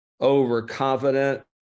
overconfident